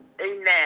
Amen